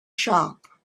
shop